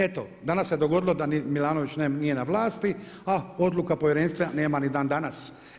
Eto danas se dogodilo da Milanović nije vlasti a odluke povjerenstva nema ni dan danas.